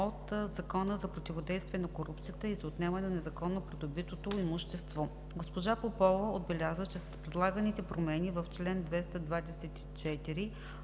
от Закона за противодействие на корупцията и за отнемане на незаконно придобитото имущество. Госпожа Попова отбеляза, че с предлаганата промяна в чл. 224